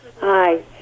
Hi